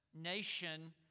nation